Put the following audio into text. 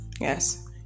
Yes